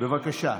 בבקשה.